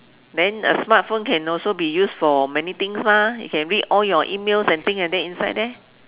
then a smartphone can also be used for many things mah you can read all your emails and things like that inside there